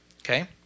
okay